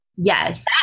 Yes